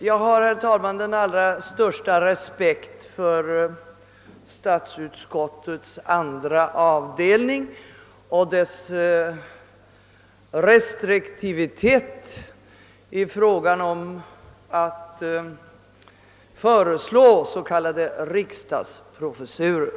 Jag har, herr talman, den allra största respekt för statsutskottets andra avdelning, inte minst för dess restriktivitet i fråga om att föreslå s.k. riksdagsprofessurer.